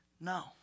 no